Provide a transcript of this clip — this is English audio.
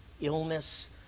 illness